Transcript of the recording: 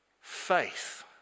Faith